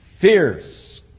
Fierce